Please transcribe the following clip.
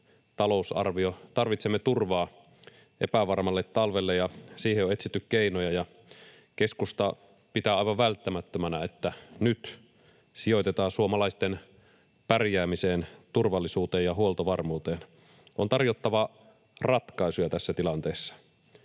talousarvio. Tarvitsemme turvaa epävarmalle talvelle, ja siihen on etsitty keinoja. Keskusta pitää aivan välttämättömänä, että nyt sijoitetaan suomalaisten pärjäämiseen, turvallisuuteen ja huoltovarmuuteen. On tarjottava ratkaisuja tässä tilanteessa.